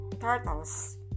turtles